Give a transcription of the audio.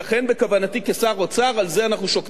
על זה אנחנו שוקדים ממש בימים האחרונים,